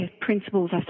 principles